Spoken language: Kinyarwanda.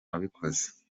wabikoze